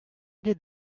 did